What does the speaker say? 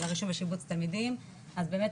על הרישום ושיבוץ תלמידים אז באמת